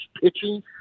pitching